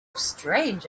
strange